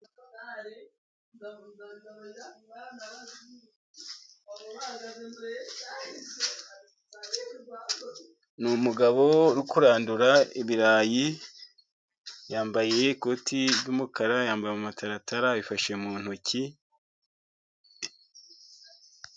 Ni umugabo uri kurandura ibirayi, yambaye ikoti ry'umukara, yambaye amataratara ayifashe mu ntoki.